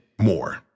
more